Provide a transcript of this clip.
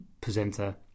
presenter